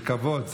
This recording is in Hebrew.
זה כבוד,